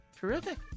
Terrific